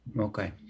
Okay